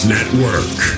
Network